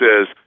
says